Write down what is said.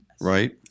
Right